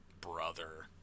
brother